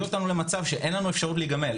אותנו למצב שאין לנו אפשרות להיגמל.